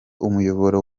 umuyoboro